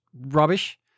rubbish